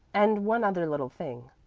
and one other little thing.